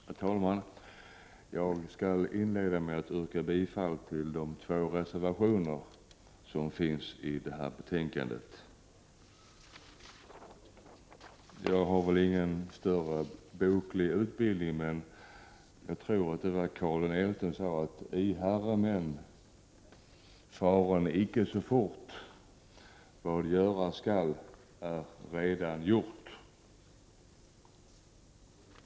Herr talman! Jag skall inleda med att yrka bifall till de två reservationer som fogats till detta betänkande. Jag har ingen större boklig bildning, men jag tror att det var Karl XI som sade ”Vad göras skall är allaredan gjort.